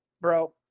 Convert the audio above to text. bro